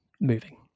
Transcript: moving